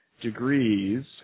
degrees